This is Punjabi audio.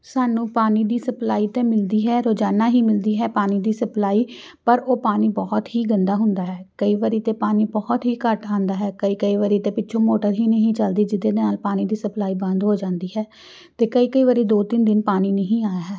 ਸਾਨੂੰ ਪਾਣੀ ਦੀ ਸਪਲਾਈ ਤਾਂ ਮਿਲਦੀ ਹੈ ਰੋਜ਼ਾਨਾ ਹੀ ਮਿਲਦੀ ਹੈ ਪਾਣੀ ਦੀ ਸਪਲਾਈ ਪਰ ਉਹ ਪਾਣੀ ਬਹੁਤ ਹੀ ਗੰਦਾ ਹੁੰਦਾ ਹੈ ਕਈ ਵਾਰੀ ਤਾਂ ਪਾਣੀ ਬਹੁਤ ਹੀ ਘੱਟ ਆਉਂਦਾ ਹੈ ਕਈ ਕਈ ਵਾਰੀ ਤਾਂ ਪਿੱਛੋਂ ਮੋਟਰ ਹੀ ਨਹੀਂ ਚਲਦੀ ਜਿਹਦੇ ਨਾਲ ਪਾਣੀ ਦੀ ਸਪਲਾਈ ਬੰਦ ਹੋ ਜਾਂਦੀ ਹੈ ਅਤੇ ਕਈ ਕਈ ਵਾਰੀ ਦੋ ਤਿੰਨ ਦਿਨ ਪਾਣੀ ਨਹੀਂ ਆਇਆ ਹੈ